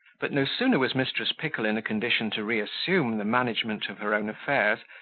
but no sooner was mrs. pickle in a condition to reassume the management of her own affairs,